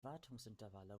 wartungsintervalle